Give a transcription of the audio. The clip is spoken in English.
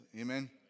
amen